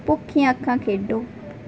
ਭੁੱਖੀਆਂ ਅੱਖਾਂ ਖੇਡੋ